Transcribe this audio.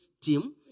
team